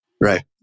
Right